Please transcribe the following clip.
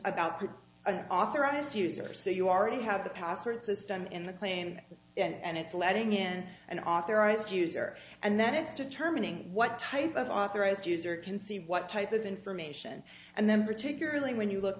about to an authorized user so you already have the password system in the claim and it's letting in an authorized user and then it's determining what type of authorized user can see what type of information and then particularly when you look